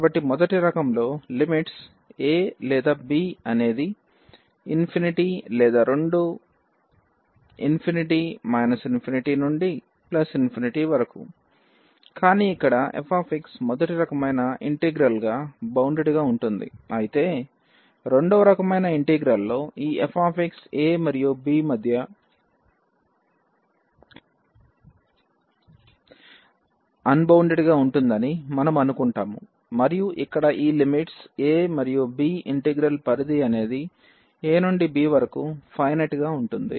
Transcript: కాబట్టి మొదటి రకంలో లిమిట్స్ a లేదా b అనేది లేదా రెండూ నుండి వరకు కానీ ఇక్కడ f మొదటి రకమైన ఇంటిగ్రల్ గా బౌండెడ్ గా ఉంటుంది అయితే రెండవ రకమైన ఇంటిగ్రల్ లో ఈ f a మరియు b మధ్య అన్బౌండెడ్ గా ఉంటుందని మనము అనుకుంటాము మరియు ఇక్కడ ఈ లిమిట్స్ a మరియు b ఇంటెగ్రల్ పరిధి అనేది a నుండి b వరకు ఫైనెట్ గా ఉంటుంది